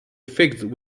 fixed